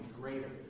greater